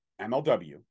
MLW